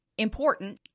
Important